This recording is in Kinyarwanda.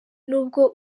nubwo